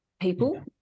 people